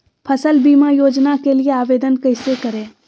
फसल बीमा योजना के लिए आवेदन कैसे करें?